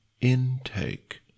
intake